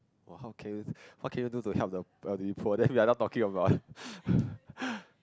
!wah! how can you what can you do to help the wealthy poor then we are not talking about